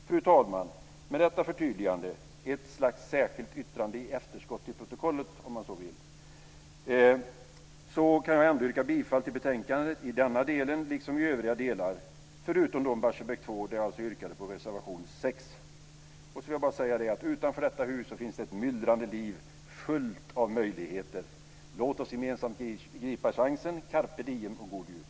Fru talman! Med detta förtydligande - ett slags särskilt yttrande i efterskott till protokollet, om man så vill - kan jag ändå yrka bifall till utskottets förslag i betänkandet i denna del liksom i övriga delar, förutom om Barsebäck 2 där jag yrkar bifall till reservation 6. Utanför detta hus finns det ett myllrande liv fullt av möjligheter. Låt oss gemensamt gripa chansen, carpe diem och god jul!